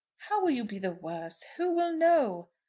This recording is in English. how will you be the worse? who will know?